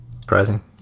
Surprising